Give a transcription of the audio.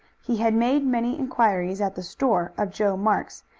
he had made many inquiries at the store of joe marks,